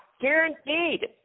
Guaranteed